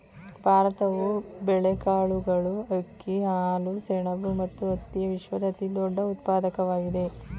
ಭಾರತವು ಬೇಳೆಕಾಳುಗಳು, ಅಕ್ಕಿ, ಹಾಲು, ಸೆಣಬು ಮತ್ತು ಹತ್ತಿಯ ವಿಶ್ವದ ಅತಿದೊಡ್ಡ ಉತ್ಪಾದಕವಾಗಿದೆ